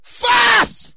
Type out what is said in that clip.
fast